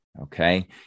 okay